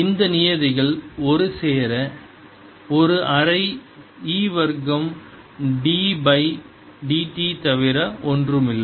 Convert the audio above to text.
இந்த நியதிகள் ஒருசேர ஒரு அரை E வர்க்கம் d பை dt தவிர ஒன்றுமில்லை